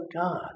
God